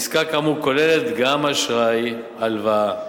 עסקה כאמור כוללת גם אשראי, הלוואה.